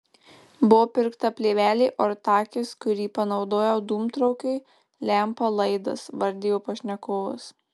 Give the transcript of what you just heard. buvo pirkta plėvelė ortakis kurį panaudojau dūmtraukiui lempa laidas vardijo pašnekovas